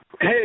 hey